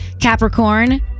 Capricorn